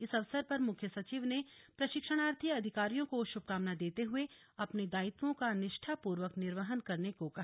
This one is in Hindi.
इस अवसर पर मुख्य सचिव ने प्रशिक्षणार्थी अधिकारियों को शुभकामना देते हुए अपने दायित्वों का निष्ठापूर्वक निर्वहन करने को कहा